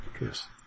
Yes